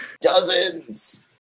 Dozens